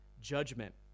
judgment